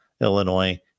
Illinois